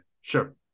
Sure